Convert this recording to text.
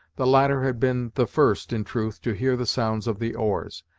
the latter had been the first, in truth, to hear the sounds of the oars,